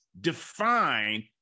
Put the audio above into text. define